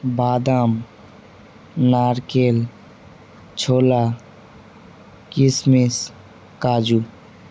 বাদাম নারকেল ছোলা কিশমিশ কাজু